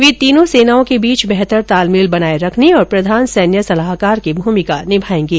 वे तीनों सेनाओं के बीच बेहतर तालमेल बनाये रखने और प्रधान सैन्य सलाहकार की भुमिका निभायेंगे